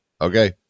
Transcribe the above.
Okay